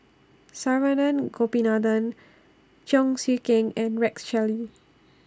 Saravanan Gopinathan Cheong Siew Keong and Rex Shelley